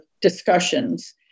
discussions